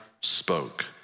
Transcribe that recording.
spoke